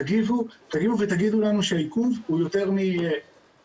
תגיבו ותגידו לנו שהעיכוב הוא יותר משעה,